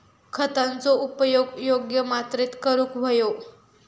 खतांचो उपयोग योग्य मात्रेत करूक व्हयो